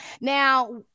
now